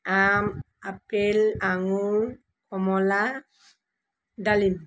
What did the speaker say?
আম আপেল আঙুৰ কমলা দালিম